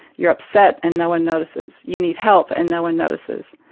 you're upset, and no one notices. you need help, and no one notices.